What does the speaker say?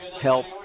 help